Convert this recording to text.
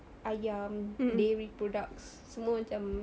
ayam dairy products semua macam